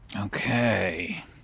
Okay